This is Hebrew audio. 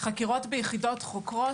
חקירות ביחידות חוקרות,